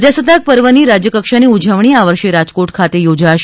પ્રજાસત્તાક પર્વની રાજ્યકક્ષાની જવણી આ વર્ષે રાજકોટ ખાતે યોજાશે